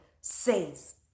says